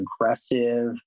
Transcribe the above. aggressive